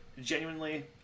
genuinely